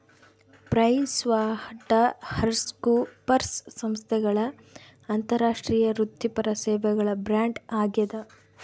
PricewaterhouseCoopers ಸಂಸ್ಥೆಗಳ ಅಂತಾರಾಷ್ಟ್ರೀಯ ವೃತ್ತಿಪರ ಸೇವೆಗಳ ಬ್ರ್ಯಾಂಡ್ ಆಗ್ಯಾದ